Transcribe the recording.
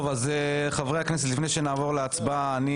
חברי הכנסת, לפני שנעבור להצבעה אני